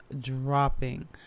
dropping